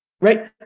right